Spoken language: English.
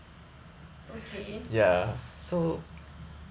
okay